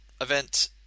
event